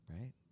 Right